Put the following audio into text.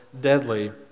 deadly